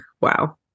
wow